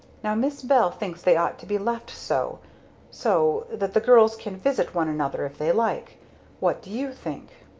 now miss bell thinks they ought to be left so so that the girls can visit one another if they like what do you think?